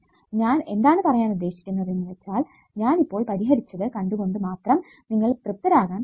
ഞാൻ എന്താണ് പറയാൻ ഉദ്ദേശിക്കുന്നെ എന്ന് വെച്ചാൽ ഞാൻ ഇപ്പോൾ പരിഹരിച്ചത് കണ്ടു കൊണ്ട് മാത്രം നിങ്ങൾ തൃപ്തരാകാൻ പാടില്ല